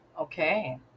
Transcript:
Okay